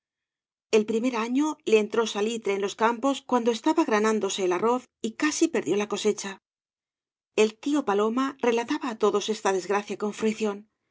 el primer año le entró salitre en los campos cuando estaba granándose el arroz y casi perdió la cosecha el tío paloma relataba á todos esta desgracia con fruicióo